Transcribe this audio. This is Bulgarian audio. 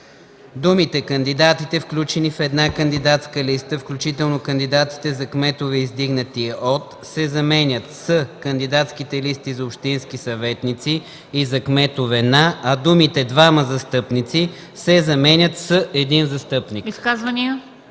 думите „кандидатите, включени в една кандидатска листа, включително кандидатите за кметове, издигнати от” се заменят с „кандидатските листи за общински съветници и за кметове на”, а думите „двама застъпници” се заменят с „един застъпник”.”